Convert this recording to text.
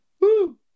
Woo